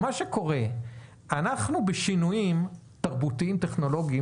אנחנו בשינויים תרבותיים טכנולוגיים